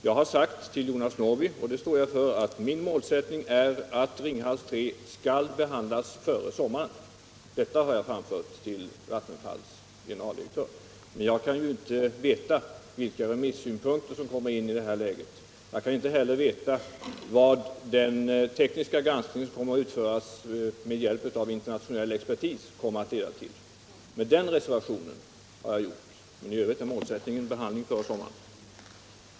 Jag har sagt till Jonas Norrby, och det står jag för, att min målsättning är att frågan om Ringhals 3 skall behandlas före sommaren. Men jag kan inte veta vilka remissynpunkter som kommer in, inte heller vad den tekniska granskning som kommer att utföras med hjälp av internationell expertis kommer att leda till. Den reservationen har jag gjort, men i övrigt är målsättningen som sagt behandling före sommaren.